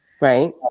Right